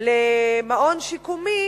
למעון שיקומי: